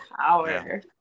Power